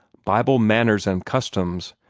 bible manners and customs,